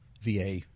VA